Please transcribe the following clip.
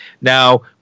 Now